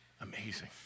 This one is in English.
Amazing